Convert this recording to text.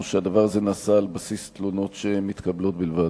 או שהדבר נעשה על בסיס תלונות שמתקבלות בלבד.